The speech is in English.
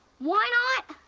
why not?